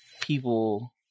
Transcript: people